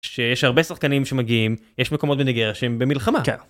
שיש הרבה שחקנים שמגיעים יש מקומות בנגריה שהם במלחמה. כן.